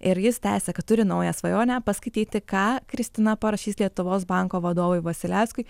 ir jis tęsia kad turi naują svajonę paskaityti ką kristina parašys lietuvos banko vadovui vasiliauskui